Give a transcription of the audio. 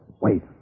Wait